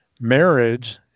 marriage